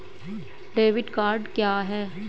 Debit card क्या है?